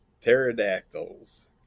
pterodactyls